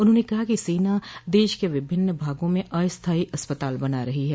उन्होंने कहा कि सेना देश के विभिन्न भागों में अस्थायी अस्पताल बना रही है